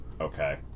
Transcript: Okay